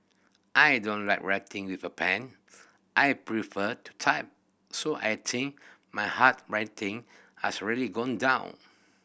I don't like writing with a pen I prefer to type so I think my hard writing has really gone down